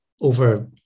over